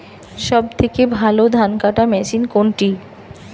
সবথেকে ভালো ধানকাটা মেশিন কোনটি?